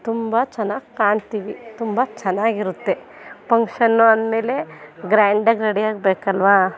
ತುಂಬ ಚೆನ್ನಾಗಿ ಕಾಣ್ತೀವಿ ತುಂಬ ಚೆನ್ನಾಗಿರುತ್ತೆ ಪಂಕ್ಷನ್ನು ಅಂದ ಮೇಲೆ ಗ್ರ್ಯಾಂಡಾಗಿ ರೆಡಿ ಆಗಬೇಕಲ್ವ